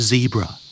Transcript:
Zebra